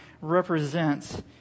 represents